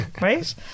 right